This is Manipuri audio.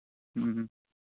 ꯎꯝ